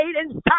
inside